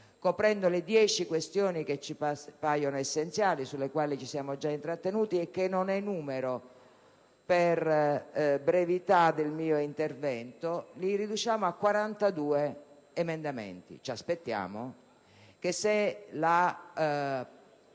coprendo le dieci questioni che ci paiono essenziali, sulle quali ci siamo già intrattenuti e che non enumero per brevità del mio intervento, e li riduciamo a 42. Se la volontà di presentare